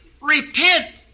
Repent